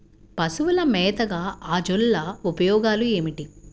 పశువుల మేతగా అజొల్ల ఉపయోగాలు ఏమిటి?